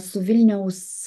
su vilniaus